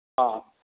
ஆ